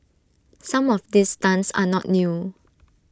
some of these stunts are not new